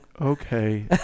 okay